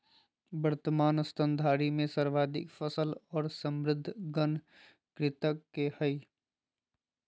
वर्तमान स्तनधारी में सर्वाधिक सफल और समृद्ध गण कृंतक के हइ